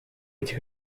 этих